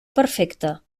perfecta